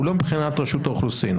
הוא לא מבחינת רשות האוכלוסין,